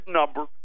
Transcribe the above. number